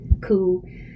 cool